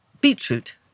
beetroot